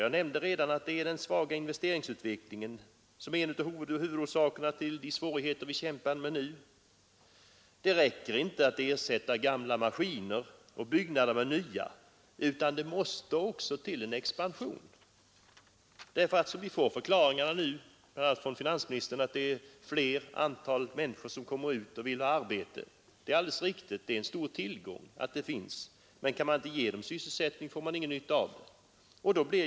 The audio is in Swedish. Jag nämnde att den svaga investeringsutvecklingen är en av huvudorsakerna till de svårigheter vi kämpar med nu. Det räcker inte med att ersätta gamla maskiner och byggnader med nya, det måste också till en expansion. BI. a. finansministern förklarar det med att det är ett större antal människor som nu vill ha arbete. Det är alldeles riktigt, och det är en stor tillgång att de finns. Men kan man inte ge dem sysselsättning får man ingen nytta av deras arbetskapacitet.